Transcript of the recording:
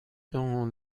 dans